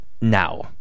now